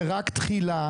זה רק תחילה.